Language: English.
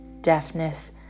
deafness